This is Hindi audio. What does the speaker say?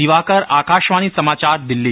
दिवाकर आकाशवाणी समाचार दिल्ली